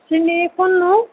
চিনি কোন নো